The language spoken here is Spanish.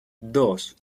dos